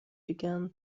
began